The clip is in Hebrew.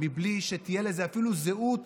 מבלי שתהיה לזה אפילו זהות